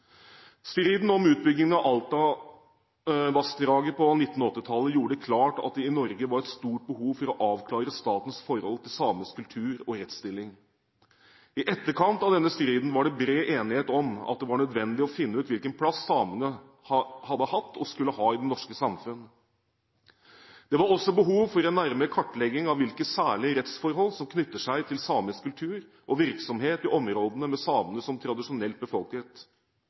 Striden om utbygging av Alta-vassdraget på 1980-tallet gjorde det klart at det i Norge var et stort behov for å avklare statens forhold til samisk kultur og rettsstilling. I etterkant av denne striden var det bred enighet om at det var nødvendig å finne ut hvilken plass samene hadde hatt og skulle ha i det norske samfunn. Det var også behov for en nærmere kartlegging av hvilke særlige rettsforhold som knytter seg til samisk kultur og virksomhet i områdene samene tradisjonelt har befolket.